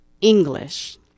English